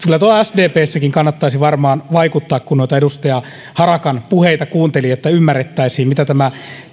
kyllä tuolla sdpssäkin kannattaisi varmaan vaikuttaa kun noita edustaja harakan puheita kuunteli että ymmärrettäisiin miten tämä